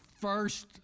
first